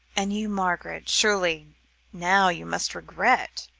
and you, margaret, surely now you must regret,